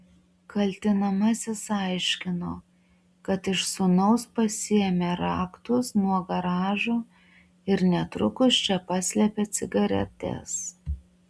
kaltinamasis aiškino kad iš sūnaus pasiėmė raktus nuo garažo ir netrukus čia paslėpė cigaretes